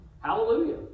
Hallelujah